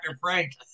Frank